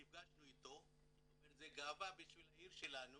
נפגשנו איתו, אומר, זה גאווה בשביל העיר שלנו